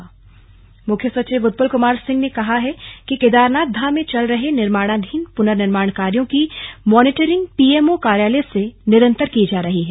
मुख्य सचिव केदारनाथ मुख्य सचिव उत्पल क्मार सिंह ने कहा है कि केदारनाथ धाम में चल रहे निर्माणाधीन प्नर्निर्माण कार्यो की मॉनिटरिंग पीएमओ कॉर्यालय से निरन्तर की जा रही है